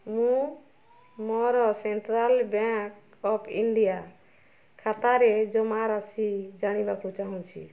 ମୁଁ ମୋର central bank of India ଖାତାରେ ଜମାରାଶି ଜାଣିବାକୁ ଚାହୁଁଛି